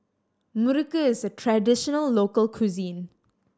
muruku is a traditional local cuisine